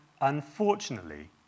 unfortunately